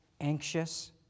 anxious